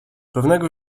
pewnego